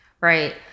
right